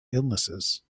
illnesses